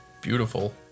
beautiful